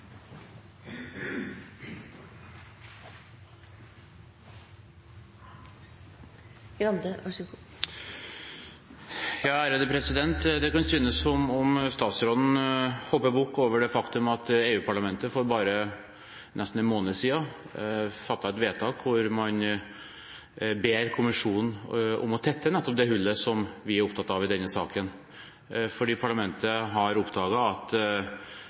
Det kan synes som om statsråden hopper bukk over det faktum at EU-parlamentet for bare nesten en måned siden fattet et vedtak hvor man ba kommisjonen om å tette nettopp det hullet som vi er opptatt av i denne saken. Parlamentet har oppdaget at